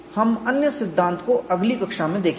हम अन्य सिद्धांत को अगली कक्षा में देखेंगे